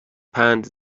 پند